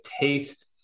taste